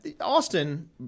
austin